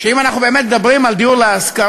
ואם אנחנו באמת מדברים על דיור להשכרה,